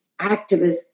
activist